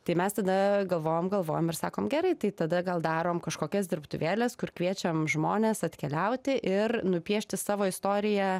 tai mes tada galvojam galvojam ir sakom gerai tai tada gal darom kažkokias dirbtuvėles kur kviečiam žmones atkeliauti ir nupiešti savo istoriją